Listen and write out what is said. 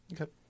Okay